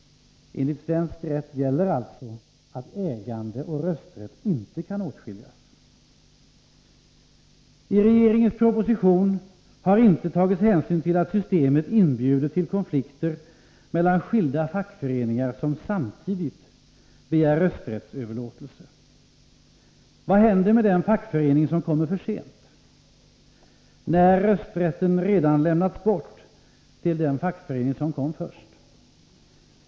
Enligt svensk rätt gäller alltså att ägande och rösträtt inte kan åtskiljas. I regeringens proposition har inte tagits hänsyn till att systemet inbjuder till konflikter mellan skilda fackföreningar som samtidigt begär rösträttsöverlåtelse. Vad händer med den fackförening som kommer för sent, när rösträtten redan lämnats bort till den fackförening som kom först?